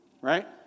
Right